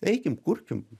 eikim kurkim